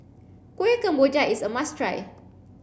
Kueh Kemboja is a must try